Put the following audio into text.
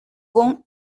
con